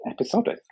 episodic